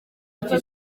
ati